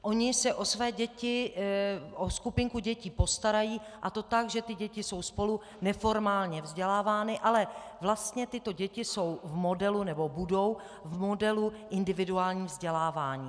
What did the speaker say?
Oni se o své děti, o skupinku dětí, postarají, a to tak, že ty děti jsou spolu neformálně vzdělávány, ale vlastně tyto děti jsou v modelu, nebo budou v modelu individuálního vzdělávání.